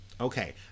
Okay